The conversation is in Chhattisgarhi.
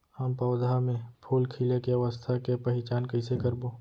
हम पौधा मे फूल खिले के अवस्था के पहिचान कईसे करबो